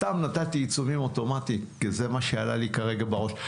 סתם נתתי עיצומים אוטומטיים כי זה מה שעלה לי כרגע בראש.